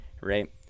right